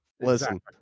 Listen